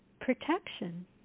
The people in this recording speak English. protection